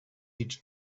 each